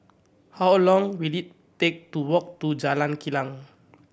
how long will it take to walk to Jalan Kilang